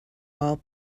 all